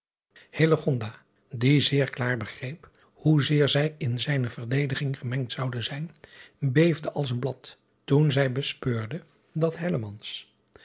die zeer klaar begreep hoezeer zij in zijne verdediging gemengd zoude zijn beefde als een blad toen zij bespeurde dat